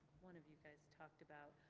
one of you guys talked about,